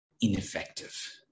ineffective